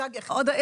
כי אנחנו במשבר.